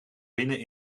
binnen